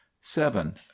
seven